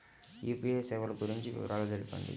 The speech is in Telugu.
యూ.పీ.ఐ సేవలు గురించి వివరాలు తెలుపండి?